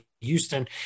Houston